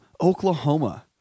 Oklahoma